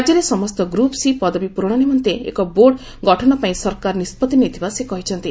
ରାଜ୍ୟରେ ସମସ୍ତ group C' ପଦବୀ ପୂରଣ ନିମନ୍ତେ ଏକ ବୋର୍ଡ ଗଠନ ପାଇଁ ସରକାର ନିଷ୍କତ୍ତି ନେଇଥିବା ସେ କହିଛନ୍ତି